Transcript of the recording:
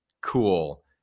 cool